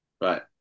Right